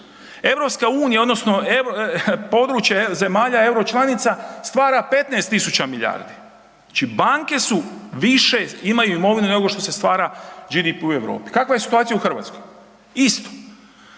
imovinu. EU odnosno područje zemalja euro članica stvara 15 tisuća milijardi, znači banke su više imaju imovinu nego što se stvara GDP u Europi. Kakva je situacija u Hrvatskoj? Isto.